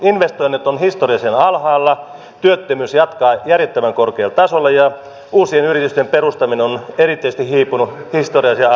investoinnit ovat historiallisen alhaalla työttömyys jatkaa järjettömän korkealla tasolla ja uusien yritysten perustaminen on erityisesti hiipunut historiallisen alhaiselle tasolle